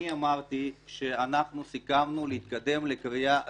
אני אמרתי שאנחנו סיכמנו להתקדם לקריאה ראשונה.